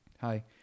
Hi